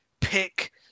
pick